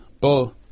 Bo